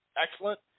excellent